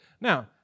Now